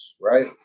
right